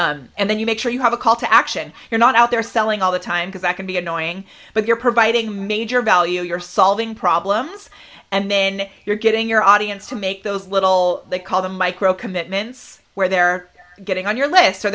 and then you make sure you have a call to action you're not out there selling all the time because that can be annoying but you're providing major value you're solving problems and then you're getting your audience to make those little they call them micro commitments where they're getting on your list